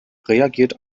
reagiert